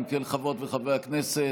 אם כן, חברות וחברי הכנסת,